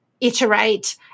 iterate